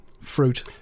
Fruit